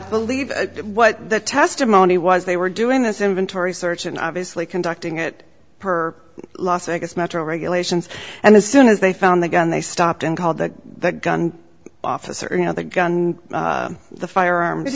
believe what the testimony was they were doing this inventory search and obviously conducting it per las vegas metro regulations and as soon as they found the gun they stopped and called the gun officer you know the gun and the fire